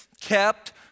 kept